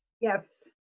Yes